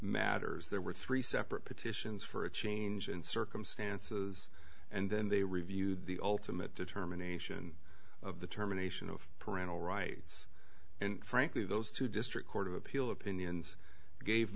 matters there were three separate petitions for a change in circumstances and then they reviewed the ultimate determination of the terminations of parental rights and frankly those two district court of appeal opinions gave